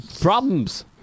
problems